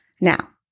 Now